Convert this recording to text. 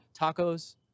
tacos